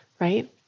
right